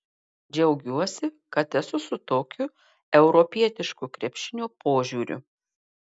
džiaugiuosi kad esu su tokiu europietišku krepšinio požiūriu